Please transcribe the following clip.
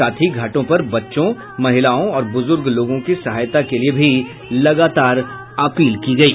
साथ ही घाटों पर बच्चों महिलाओं और बुजुर्ग लोगों की सहायता के लिए भी लगातार अपील की गयी